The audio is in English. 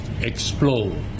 explode